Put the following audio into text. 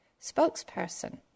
spokesperson